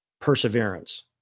perseverance